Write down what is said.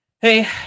Hey